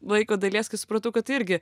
vaiko dalies kai supratau kad irgi